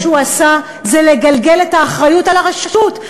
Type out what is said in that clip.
כל מה שהוא עשה זה לגלגל את האחריות על הרשות.